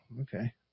okay